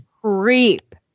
creep